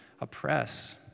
oppress